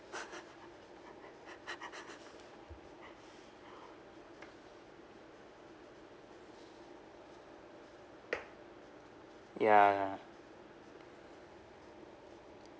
ya